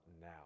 now